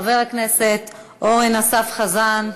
חבר הכנסת אורן אסף חזן,